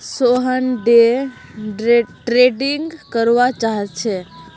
Sohan day trading करवा चाह्चे